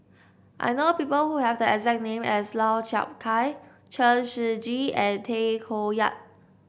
I know people who have the exact name as Lau Chiap Khai Chen Shiji and Tay Koh Yat